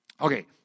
Okay